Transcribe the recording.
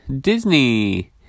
Disney